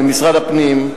ממשרד הפנים,